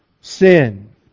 sin